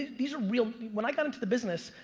these are real. when i got into the business,